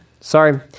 Sorry